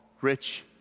rich